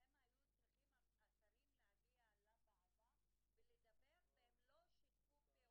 אז יהיו פה העלאות שכר ותצטרך להיות הפחתה